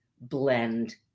blend